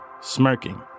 smirking